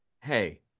hey